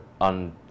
on